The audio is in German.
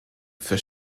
für